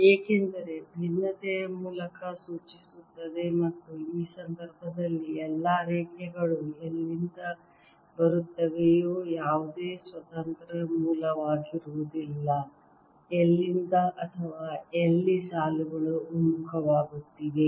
ಏಕೆಂದರೆ ಭಿನ್ನತೆಯು ಮೂಲವನ್ನು ಸೂಚಿಸುತ್ತದೆ ಮತ್ತು ಈ ಸಂದರ್ಭದಲ್ಲಿ ಎಲ್ಲಾ ರೇಖೆಗಳು ಎಲ್ಲಿಂದ ಬರುತ್ತವೆಯೋ ಯಾವುದೇ ಸ್ವತಂತ್ರ ಮೂಲವಾಗಿರುವುದಿಲ್ಲ ಎಲ್ಲಿಂದ ಅಥವಾ ಎಲ್ಲ ಸಾಲುಗಳು ಒಮ್ಮುಖವಾಗುತ್ತಿವೆ